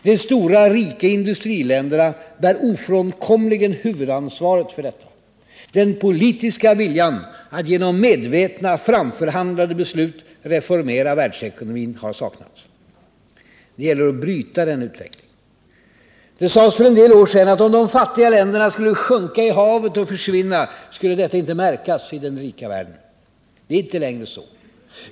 De stora, rika industriländerna bär ofrånkomligen huvudansvaret härför. Den politiska viljan att genom medvetna, framförhandlade beslut reformera världsekonomin har saknats. Det gäller att bryta denna utveckling. Det sades för en del år sedan att om de fattiga länderna skulle sjunka i havet och försvinna, skulle detta icke märkas i den rika världen. Det är icke längre så.